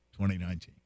2019